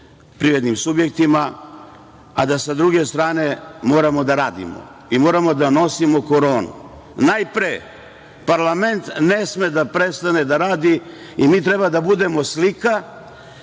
privrednim subjektima, a da sa druge strane moramo da radimo i moramo da nosimo koronu. Najpre, parlament ne sme da prestane da radi i mi treba da budemo slika